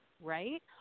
right